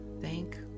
thank